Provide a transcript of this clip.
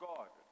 God